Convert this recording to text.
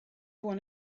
one